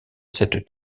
s’être